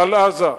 על עזה,